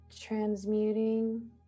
transmuting